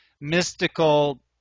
mystical